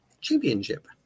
Championship